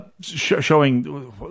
showing